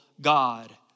God